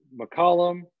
McCollum